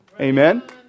Amen